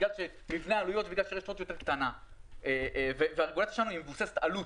בגלל שמבנה העלויות ברשת הוט יותר קטנה והרגולציה שלנו מבוססת עלות.